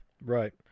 right